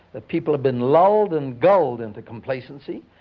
the people have been lulled and gulled into complacency.